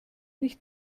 nicht